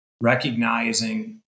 recognizing